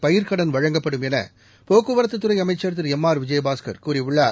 பயிர்க்கடன் வழங்கப்படும் என போக்குவரத்துத்துறை அமைச்சர் திரு எம் ஆர் விஜயபாஸ்கர் கூறியுள்ளார்